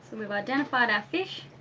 we've identified our fish